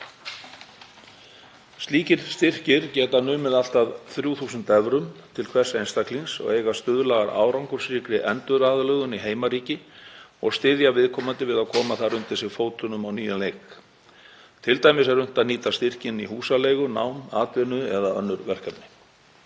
Slíkir styrkir geta numið allt að 3.000 evrum til hvers einstaklings og eiga að stuðla að árangursríkri enduraðlögun í heimaríki og styðja viðkomandi við að koma þar undir sig fótunum á nýjan leik, t.d. er unnt að nýta styrkinn í húsaleigu, nám, atvinnu eða önnur verkefni.